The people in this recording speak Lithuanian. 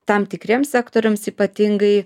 tam tikriems sektoriams ypatingai